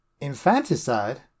Infanticide